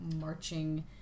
marching